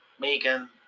megan